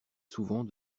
souvent